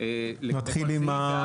לפי סעיף.